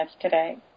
today